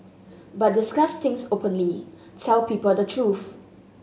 but discuss things openly tell people the truth